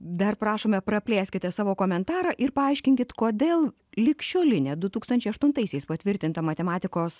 dar prašome praplėskite savo komentarą ir paaiškinkit kodėl ligšiolinė du tūkstančiai aštuntaisiais patvirtinta matematikos